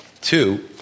Two